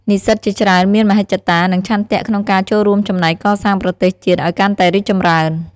និស្សិតជាច្រើនមានមហិច្ឆតា និងឆន្ទៈក្នុងការចូលរួមចំណែកកសាងប្រទេសជាតិឲ្យកាន់តែរីកចម្រើន។